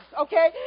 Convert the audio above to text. okay